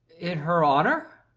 in her honour.